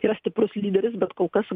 yra stiprus lyderis bet kol kas